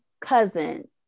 cousin